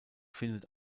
findet